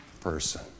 person